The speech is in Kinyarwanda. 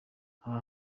aha